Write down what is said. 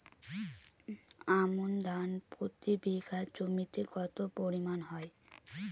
আমন ধান প্রতি বিঘা জমিতে কতো পরিমাণ হয়?